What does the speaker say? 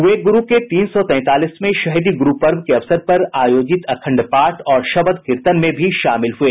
वे गुरू के तीन सौ तैंतालीसवें शहीदी गुरू पर्व के अवसर पर आयोजित अखंड पाठ और शबद कीर्तन में भी शामिल हुए